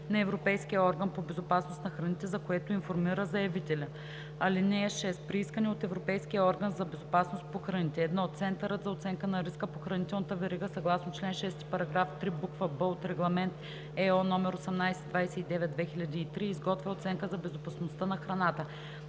на Европейския орган по безопасност на храните, за което информира заявителя. (6) При искане от Европейския орган по безопасност на храните: 1. Центърът за оценка на риска по хранителната верига съгласно чл. 6, параграф 3, буква „б“ от Регламент (ЕО) № 1829/2003 изготвя оценка за безопасността на храната;